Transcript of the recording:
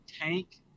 tank